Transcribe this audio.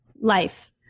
life